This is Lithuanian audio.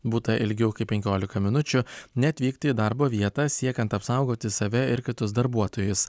būtą ilgiau kaip penkiolika minučių neatvykti į darbo vietą siekiant apsaugoti save ir kitus darbuotojus